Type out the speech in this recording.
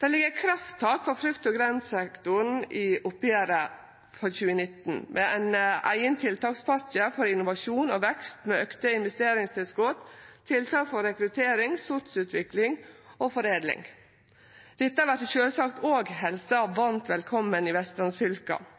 Det ligg eit krafttak for frukt- og grøntsektoren i oppgjeret for 2019, med ein eigen tiltakspakke for innovasjon og vekst med auka investeringstilskot, tiltak for rekruttering, sortsutvikling og foredling. Dette vert sjølvsagt òg helsa varmt velkomen i vestlandsfylka. Hardanger og Sogn er dominerande i